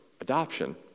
adoption